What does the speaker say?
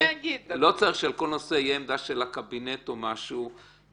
תהיה עמדה של הקבינט או משהו.